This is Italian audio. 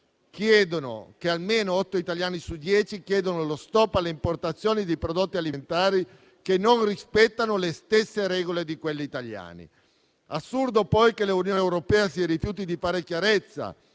Ricordo che almeno otto italiani su dieci chiedono lo stop alle importazioni di prodotti alimentari che non rispettano le stesse regole di quelli italiani. Assurdo poi che l'Unione europea si rifiuti di fare chiarezza